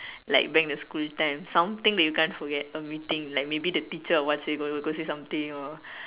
like back in the school time something that you can't forget a meeting like maybe the teacher or what say something or